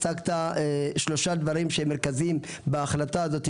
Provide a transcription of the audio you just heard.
הצגת שלושה דברים שהם מרכזיים בהחלטה הזאת,